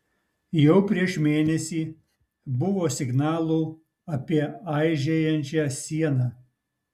jau prieš mėnesį buvo signalų apie aižėjančią sieną